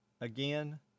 Again